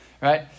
right